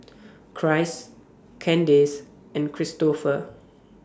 Christ Kandace and Cristofer